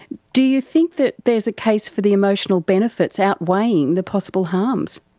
do you think that there is a case for the emotional benefits outweighing the possible harms?